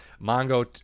Mongo